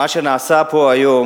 מה שנעשה פה היום